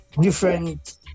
different